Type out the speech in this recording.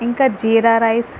ఇంకా జీరా రైస్